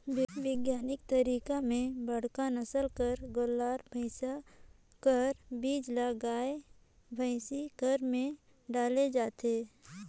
बिग्यानिक तरीका में बड़का नसल कर गोल्लर, भइसा कर बीज ल गाय, भइसी कर में डाले जाथे